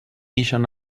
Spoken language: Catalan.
ixen